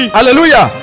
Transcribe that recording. Hallelujah